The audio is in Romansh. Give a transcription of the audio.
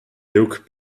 liug